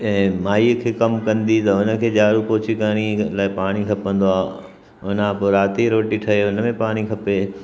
ऐं माईअ खे कमु कंदी त हुन खे झाडू पोछी करिणी हुन लाइ पाणी खपंदो आहे हुन खां पोइ राति जी रोटी ठहे हुन में पाणी खपे